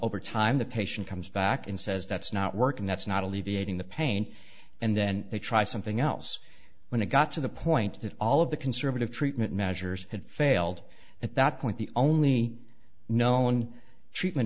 over time the patient comes back and says that's not working that's not alleviating the pain and then they try something else when it got to the point that all of the conservative treatment measures had failed at that point the only no one treatment